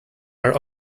are